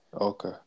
Okay